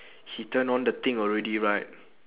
he turn on the thing already right